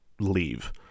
leave